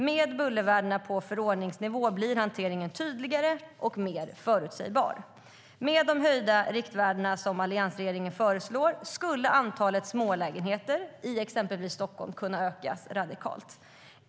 Med bullervärden på förordningsnivå blir hanteringen tydligare och mer förutsägbar. Med de höjda riktvärden som alliansregeringen föreslog skulle antalet smålägenheter i exempelvis Stockholm kunna öka radikalt.